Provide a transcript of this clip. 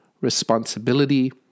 responsibility